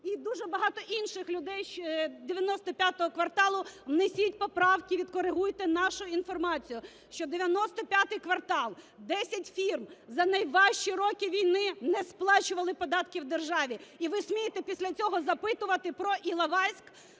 і дуже багато інших людей "95 Кварталу", внесіть поправки, відкоригуйте нашу інформацію, що "95 Квартал", десять фірм, за найважчі роки війни не сплачували податків державі. І ви смієте після цього запитувати про Іловайськ?